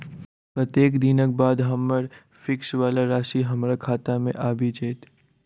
कत्तेक दिनक बाद हम्मर फिक्स वला राशि हमरा खाता मे आबि जैत?